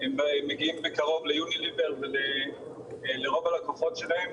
מגיעים בקרוב ליוניליבר ולרוב הלקוחות שלהם,